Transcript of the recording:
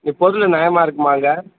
இங்கேப் பொருள் நியாமாக இருக்குமாங்க